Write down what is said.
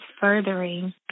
furthering